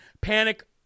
panic